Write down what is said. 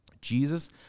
Jesus